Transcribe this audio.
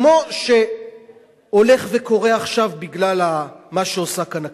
כמו שהולך וקורה עכשיו בגלל מה שעושה כאן הכנסת.